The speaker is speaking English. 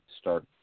start